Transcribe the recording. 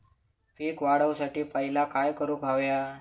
पीक वाढवुसाठी पहिला काय करूक हव्या?